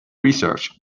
research